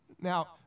Now